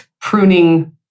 pruning